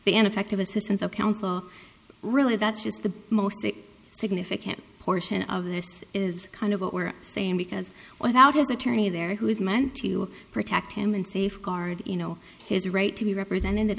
be an effective assistance of counsel really that's just the most significant portion of this is kind of what we're saying because without his attorney there who is meant to protect him and safeguard you know his right to be represented